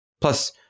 Plus